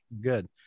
Good